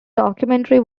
documentary